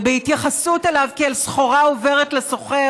בהתייחסות אליו כאל סחורה עוברת לסוחר